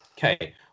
okay